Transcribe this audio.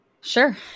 Sure